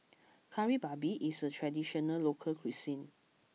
Kari Babi is a traditional local cuisine